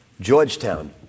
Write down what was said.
Georgetown